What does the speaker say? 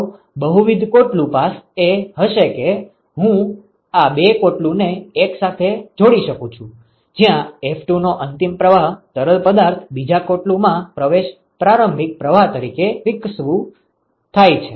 તો બહુવિધ કોટલું પાસ એ હશે કે હું આ બે કોટલું ને એક સાથે જોડી શકું છું જ્યાં f2 નો અંતિમ પ્રવાહી તરલ પદાર્થ બીજા કોટલું માં પ્રવેશ પ્રારંભિક પ્રવાહ તરીકે વિકસવું થાય છે